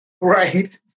Right